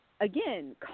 Again